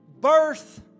birth